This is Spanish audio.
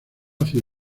hacia